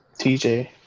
TJ